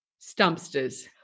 stumpsters